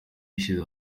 ishize